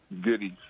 goodies